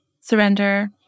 surrender